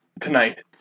tonight